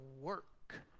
work